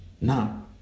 now